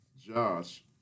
Josh